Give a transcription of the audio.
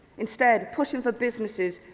instead pushing for businesses